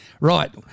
Right